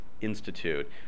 Institute